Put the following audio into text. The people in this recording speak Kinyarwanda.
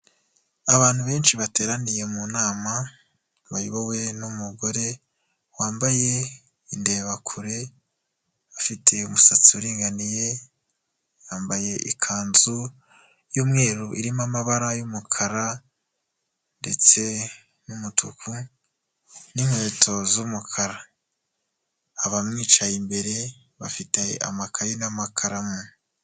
Abantu benshi bateraniye mu nama, bayobowe n'umugore wambaye indebakure, afite umusatsi uringaniye, yambaye ikanzu y'umweru irimo amabara y'umukara ndetse n'umutuku n'inkweto z'umukara, abamwicaye imbere bafite amakaye n'amakaramu.